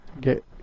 get